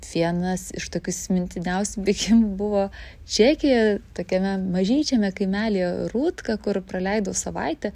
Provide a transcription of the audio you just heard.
vienas iš tokių įsimintiniausių bėgimų buvo čekija tokiame mažyčiame kaimelyje rūtka kur praleidau savaitę